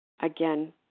again